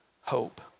hope